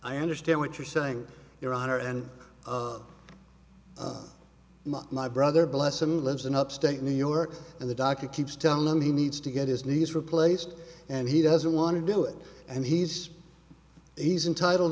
i understand what you're saying your honor and my brother bless him lives in upstate new york and the doctor keeps telling him he needs to get his knees replaced and he doesn't want to do it and he's he's entitled